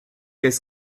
qu’est